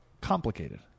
complicated